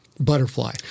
Butterfly